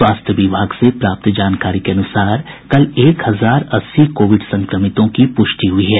स्वास्थ्य विभाग से प्राप्त जानकारी के अनुसार कल एक हजार अस्सी कोविड संक्रमितों की पुष्टि हुई है